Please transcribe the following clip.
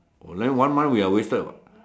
oh then one month we are wasted [what]